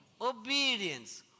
obedience